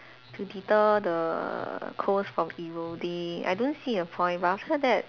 to deter the coast from eroding I don't see a point but after that